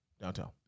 downtown